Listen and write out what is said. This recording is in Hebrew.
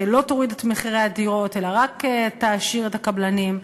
שלא תוריד את מחירי הדירות אלא רק תעשיר את הקבלנים,